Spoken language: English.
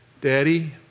Daddy